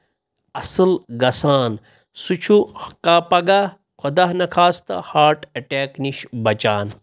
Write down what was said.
اَصٕل گژھان سُہ چھُ کاہ پگاہ خۄدا نخواستہٕ ہاٹ اَٹیک نِش بچان